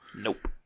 Nope